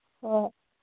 ꯍꯣꯏ